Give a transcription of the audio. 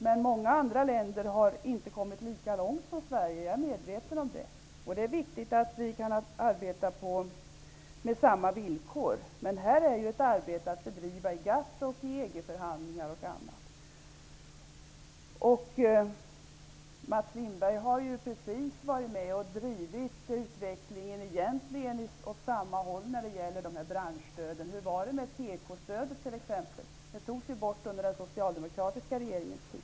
Men i många andra länder har man inte kommit lika långt som i Sverige. Det är jag medveten om. Det är också viktigt att kunna arbeta på samma villkor, och här föreligger ett arbete att driva i bl.a. Mats Lindberg har varit med och drivit utvecklingen åt egentligen samma håll vad gäller branschstöd. Hur var det t.ex. med tekostödet? Det stödet togs ju bort under den socialdemokratiska regeringens tid.